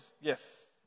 yes